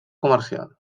comercial